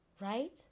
Right